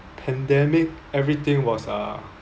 pandemic everything was ah